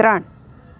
ત્રણ